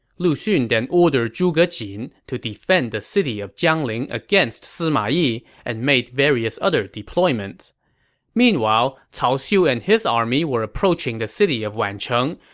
lu xun then order zhuge jin to defend the city of jiangling against sima yi and made various other deployments meanwhile, cao xiu and his army were approaching the city of wancheng,